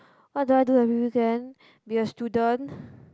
what do I do every weekend be a student